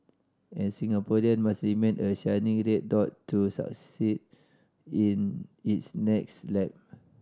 and Singaporean must remain a shining red dot to succeed in its next lap